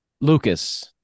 Lucas